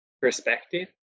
perspective